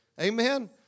Amen